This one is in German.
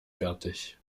fertig